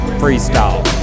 freestyle